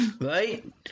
Right